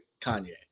Kanye